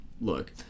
look